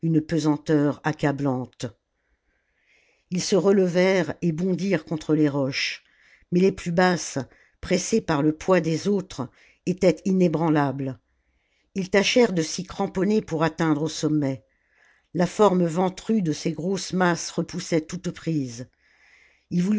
pesanteur accablante ils se relevèrent et bondirent contre les roches mais les plus basses pressées par le poids des autres étaient inébranlables ils tâchèrent de s'y cramponner pour atteindre au sommet la forme ventrue de ces grosses masses repoussait toute prise